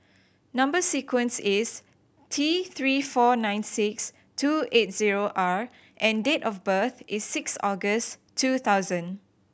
number sequence is T Three four nine six two eight zero R and date of birth is six August two thousand